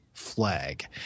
flag